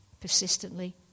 Persistently